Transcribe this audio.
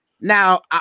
Now